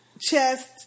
chest